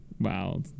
Wow